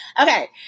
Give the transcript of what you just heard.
Okay